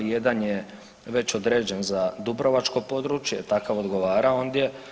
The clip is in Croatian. Jedan je već određen za dubrovačko područje, takav odgovara ondje.